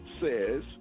says